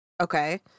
okay